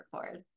record